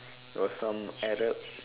was some Arab